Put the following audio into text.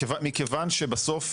מכיוון שבסוף,